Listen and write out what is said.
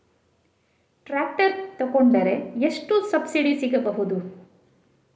Tractor ತೊಕೊಂಡರೆ ಎಷ್ಟು subsidy ಸಿಗಬಹುದು?